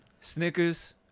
snickers